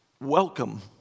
Welcome